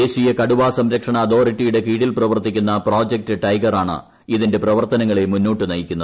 ദേശീയ കടുവസംരക്ഷണ അതോറിറ്റിയുടെ കീഴിൽ പ്രവർത്തിക്കുന്ന പ്രൊജക്ട് ടൈഗർ ആണ് ഇതിന്റെ പ്രവർത്തനങ്ങളെ മുന്നോട്ടു നയിക്കുന്നത്